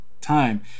time